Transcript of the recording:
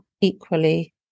equally